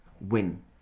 win